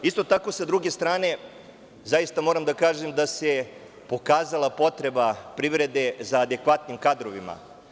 Isto tako, s druge strane, zaista moram da kažem da se pokazala potreba privrede za adekvatnim kadrovima.